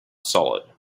solid